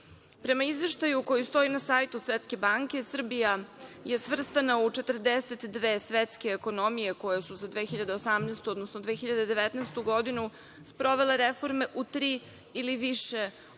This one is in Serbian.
Prema izveštaju koji stoji na sajtu Svetske banke, Srbija je svrstana u 42 svetske ekonomije koje su za 2018, odnosno 2019. godinu sprovele reforme u tri ili više od